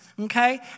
Okay